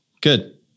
Good